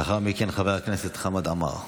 לאחר מכן, חבר הכנסת חמד עמאר.